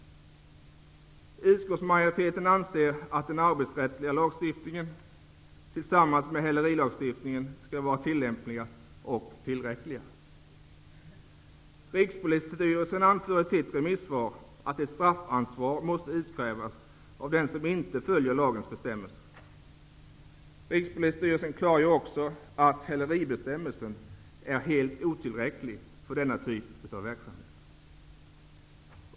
Utskottsmajoriteten anser att den arbetsrättsliga lagstiftningen, tillsammans med hälerilagstiftningen skall vara tillämpliga och tillräckliga. Rikspolisstyrelsen anför i sitt remissvar att ett straffansvar måste utkrävas av den som inte följer lagens bestämmelser. Rikspolisstyrelsen klargör också att häleribestämmelsen är helt otillräcklig för denna typ av verksamhet.